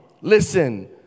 Listen